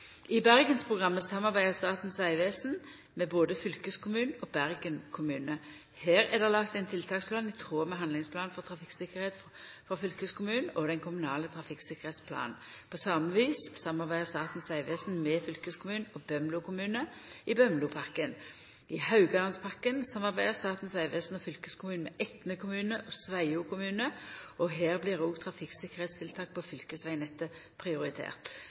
I Bergensprogrammet samarbeider Statens vegvesen med både fylkeskommunen og Bergen kommune. Her er det laga ein tiltaksplan i tråd med handlingsplanen for trafikktryggleik for fylkeskommunen og den kommunale trafikktryggleiksplanen. På same vis samarbeider Statens vegvesen med fylkeskommunen og Bømlo kommune i Bømlopakken. I Haugalandspakken samarbeider Statens vegvesen og fylkeskommunen med Etne kommune og Sveio kommune, og her blir òg trafikktryggleikstiltak på fylkesvegnettet prioritert.